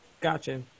Gotcha